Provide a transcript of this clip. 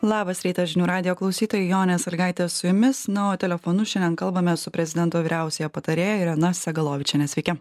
labas rytas žinių radijo klausytojai jonė salygaitė su jumis na o telefonu šiandien kalbamės su prezidento vyriausiąja patarėja irena segalovičiene sveiki